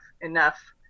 enough